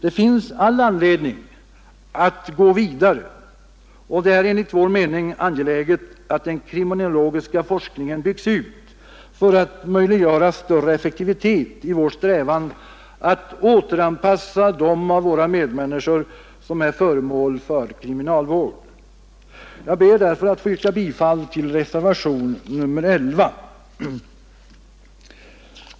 Det finns all anledning att gå vidare, och det är enligt vår mening angeläget att den kriminologiska forskningen byggs ut för att möjliggöra större effektivitet i vår strävan att återanpassa de av våra medmänniskor som är föremål för kriminalvård. Jag ber därför att få yrka bifall till reservationen 11.